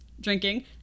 drinking